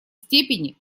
степени